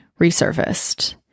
resurfaced